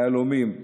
יהלומים,